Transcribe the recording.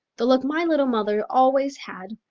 the look my little mother always had.